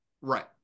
Right